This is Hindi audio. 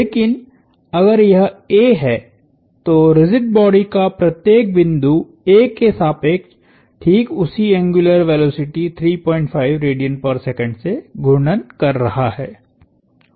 लेकिन अगर यह A है तो रिजिड बॉडी का प्रत्येक बिंदु A के सापेक्ष ठीक उसी एंग्युलर वेलोसिटीसे घूर्णन कर रहा है